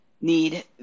need